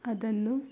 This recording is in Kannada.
ಅದನ್ನು